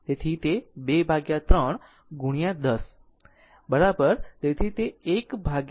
તેથી તે 23 ગુણ્યા 10 બરાબર હશે